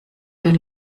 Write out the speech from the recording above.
den